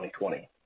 2020